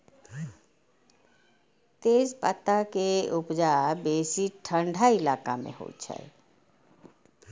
तेजपत्ता के उपजा बेसी ठंढा इलाका मे होइ छै